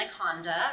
Anaconda